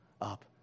up